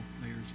players